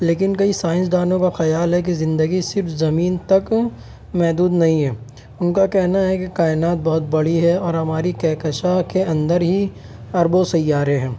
لیکن کئی سائنسدانوں کا خیال ہے کہ زندگی صرف زمین تک محدود نہیں ہے ان کا کہنا ہے کہ کائنات بہت بڑی ہے اور ہماری کہکشاں کے اندر ہی اربوں سیارے ہیں